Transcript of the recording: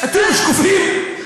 אתם שקופים?